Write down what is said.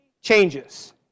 changes